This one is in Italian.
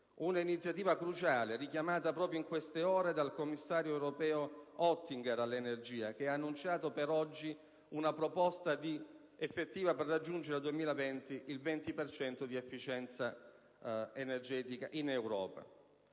una iniziativa cruciale richiamata proprio in queste ore dal commissario europeo all'energia Oettinger, che ha annunciato per oggi una proposta effettiva per raggiungere al 2020 il 20 per cento di efficienza energetica in Europa.